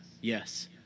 Yes